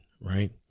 right